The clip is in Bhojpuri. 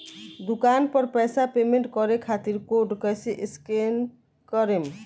दूकान पर पैसा पेमेंट करे खातिर कोड कैसे स्कैन करेम?